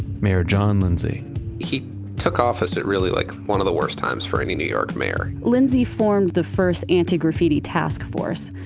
mayor john lindsay he took office at really like, one of the worst times for any new york mayor lindsay formed the first anti-graffiti task force.